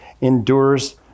endures